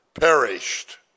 perished